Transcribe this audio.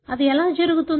అది ఎలా జరుగుతుంది